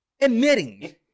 Admitting